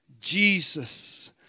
Jesus